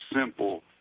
Simple